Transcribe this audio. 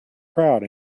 crowd